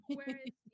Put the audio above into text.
whereas